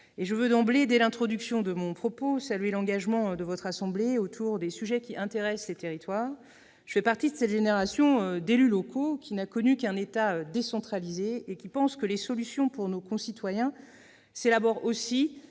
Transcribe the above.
Je veux d'emblée, dès l'introduction de mon propos, saluer l'engagement de votre assemblée autour des sujets qui intéressent les territoires. Je fais partie de cette génération d'élus locaux qui n'a connu qu'un État décentralisé, et qui pense que les solutions pour nos concitoyens s'élaborent aussi,